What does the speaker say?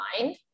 mind